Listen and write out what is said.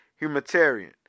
humanitarian